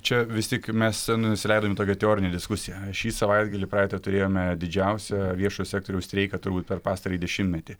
čia vis tik mes nusileidom į tokią teorinę diskusiją šį savaitgalį praeitą turėjome didžiausią viešojo sektoriaus streiką turbūt per pastarąjį dešimtmetį